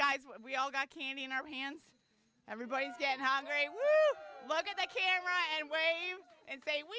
guys we all got candy in our hands everybody's getting hungry we look at the camera and wave and say we